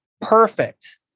perfect